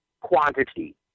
quantity